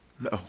No